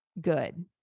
good